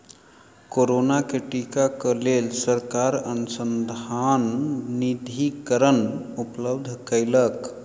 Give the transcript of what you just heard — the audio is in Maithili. कोरोना के टीका क लेल सरकार अनुसन्धान निधिकरण उपलब्ध कयलक